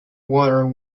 water